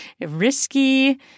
risky